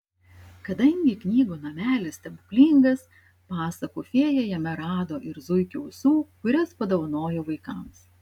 kadangi knygų namelis stebuklingas pasakų fėja jame rado ir zuikio ausų kurias padovanojo vaikams